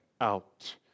out